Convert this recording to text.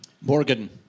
Morgan